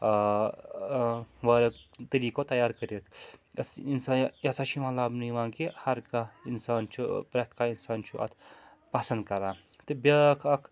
آ واریاہ طریٖقو تَیار کٔرِتھ اِنسان یہِ ہَسا چھُ یِوان لَبنہٕ یِوان کہِ ہر کانٛہہ اِنسان چھُ پرٛتھ کانٛہہ اِنسان چھُ اَتھ پَسنٛد کَران تہٕ بیٛاکھ اَکھ